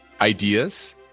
ideas